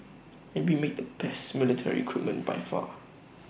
and we make the best military equipment by far